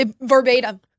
verbatim